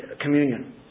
communion